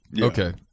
okay